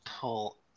pull